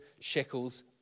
shekels